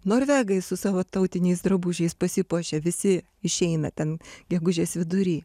norvegai su savo tautiniais drabužiais pasipuošę visi išeina ten gegužės vidury